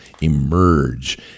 emerge